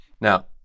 Now